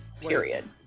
Period